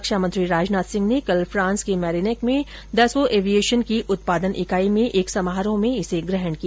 रक्षामंत्री राजनाथ सिंह ने कल फ्रांस के मेरीनेक में दसों एविऐशन की उत्पादन इकाई में एक समारोह में इसे ग्रहण किया